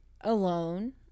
alone